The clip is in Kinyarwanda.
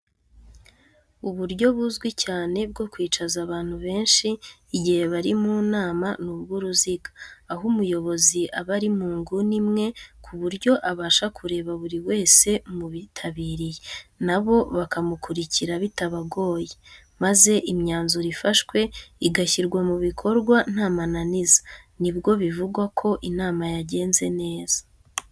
Uburyo buzwi cyane bwo kwicaza abantu benshi igihe bari mu nama ni ubw'uruziga, aho umuyobozi aba ari mu nguni imwe ku buryo abasha kureba buri wese mu bitabiriye, na bo bakamukurikira bitabagoye. Maze imyanzuro ifashwe igashyirwa mu bikorwa ntamananiza. Nibwo bivugwako inama yagenze neza.